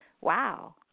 wow